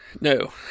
No